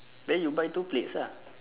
then you buy two plates ah